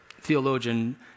theologian